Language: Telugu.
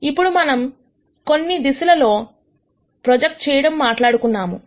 ఇప్పుడు మనం కొన్ని దిశలలో ప్రొజెక్ట్ చేయడం మాట్లాడుకున్నాము